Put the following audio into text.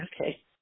Okay